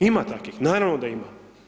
Ima takvih, naravno da ima.